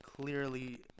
clearly